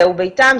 זהו ביתם,